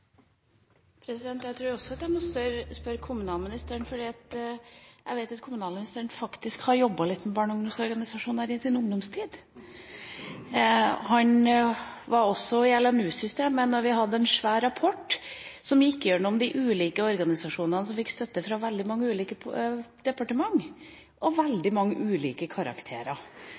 Jeg tror også at jeg må spørre kommunalministeren, for jeg vet at kommunalministeren faktisk har jobbet litt med barne- og ungdomsorganisasjoner i sin ungdomstid. Han var også i LNU-systemet da det kom en svær rapport som gikk igjennom de ulike organisasjonene, som fikk støtte fra veldig mange ulike departementer og veldig mange ulike karakterer.